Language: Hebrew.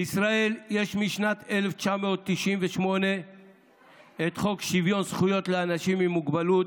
בישראל יש משנת 1998 את חוק שוויון זכויות לאנשים עם מוגבלות,